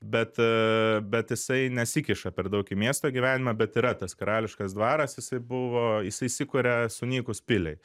bet bet jisai nesikiša per daug į miesto gyvenimą bet yra tas karališkas dvaras jisai buvo jis įsikuria sunykus piliai